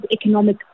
economic